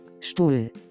Stuhl